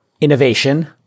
innovation